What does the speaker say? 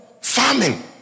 farming